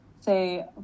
say